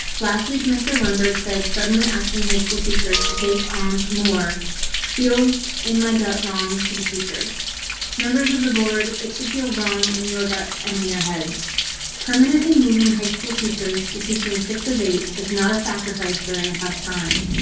last week, mr lundberg said suddenly asking high school teachers to take on more feels in my gut wrong to the teachers members of the board. it should feel wrong in your guts and in your heads permanently moving high school teachers to teaching six of eight is not a sacrificed during a tough time.